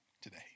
today